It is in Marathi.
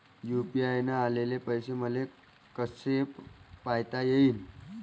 यू.पी.आय न आलेले पैसे मले कसे पायता येईन?